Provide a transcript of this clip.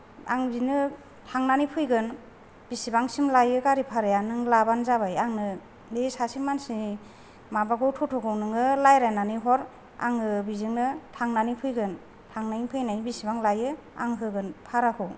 आं बिदिनो थांनानै फैगोन बेसेबांसिम लायो गारि भाराया नों लाबानो जाबाय आंनो बे सानसे मानसिनि माबाखौ थथ'खौ नोङो रायज्लायनानै हर आङो बेजोंनो थांनानै फैगोन थांनायनि फैनायनि बेसेबां लायो आं होगोन भाराखौ